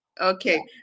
okay